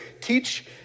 Teach